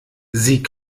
sie